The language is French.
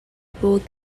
pour